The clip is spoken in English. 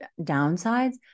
downsides